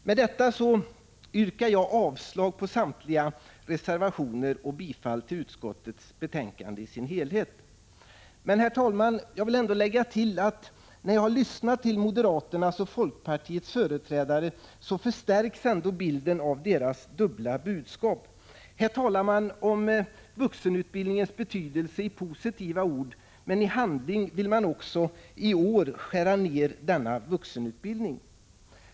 Med detta yrkar jag avslag på samtliga reservationer och bifall till utskottets hemställan i dess helhet. Herr talman! Jag vill ändå lägga till, att när jag har lyssnat på moderaternas och folkpartiets företrädare, har bilden av deras dubbla budskap förstärkts. Här talar de om vuxenutbildningens betydelse i positiva ord, men i handling vill de också i år skära ner vuxenutbildningen.